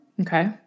Okay